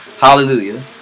Hallelujah